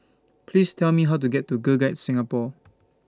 Please Tell Me How to get to Girl Guides Singapore